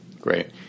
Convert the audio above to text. Great